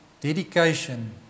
dedication